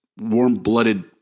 warm-blooded